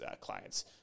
clients